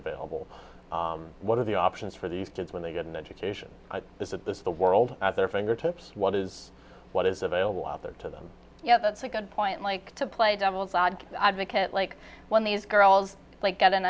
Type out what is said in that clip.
available what are the options for these kids when they get an education this is this the world at their fingertips what is what is available out there to them you know that's a good point like to play devil's advocate advocate like when these girls like get an